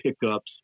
pickups